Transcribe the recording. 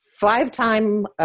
five-time